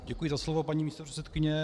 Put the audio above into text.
Děkuji za slovo, paní místopředsedkyně.